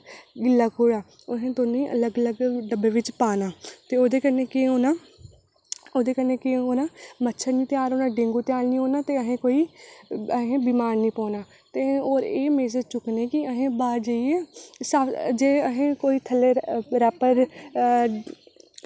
टमाटर प्याज़ कटी लैते ओह्दे बिच ते कन्नै सलाद कट्टी लैता ते कन्नै एह् किश ओह् होइया ते में केह् कीता फ्ही में केह् कीता फ्ही में फटाफट राजमां ई तड़का लाया राजमां ई तड़का लाया राजमां गी तड़का लाइयै उसी बक्खरा छट्टेआ ते फ्ही ओह्दे कन्नै में केह् कीता कि में हीटर उप्पर